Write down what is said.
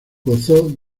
gozó